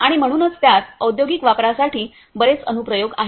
आणि म्हणूनच त्यात औद्योगिक वापरासाठी बरेच अनु प्रयोग आहेत